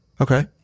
Okay